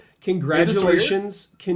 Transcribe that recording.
Congratulations